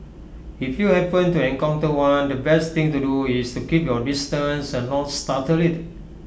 if you happen to encounter one the best thing to do is to keep your distance and not startle IT